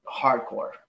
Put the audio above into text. hardcore